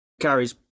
carries